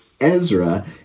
Ezra